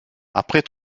après